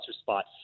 spot